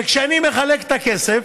וכשאני מחלק את הכסף,